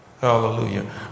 Hallelujah